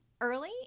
early